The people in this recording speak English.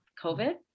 COVID